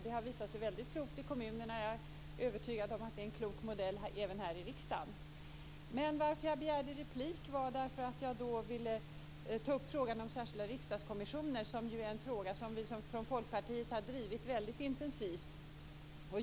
Det har visat sig väldigt klokt i kommunerna, och jag är övertygad om att det är en klok modell även här i riksdagen. Men anledningen till att jag begärde replik var att jag ville ta upp frågan om särskilda riksdagskommissioner, vilket ju är en fråga som vi från Folkpartiet har drivit väldigt intensivt.